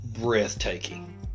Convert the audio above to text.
breathtaking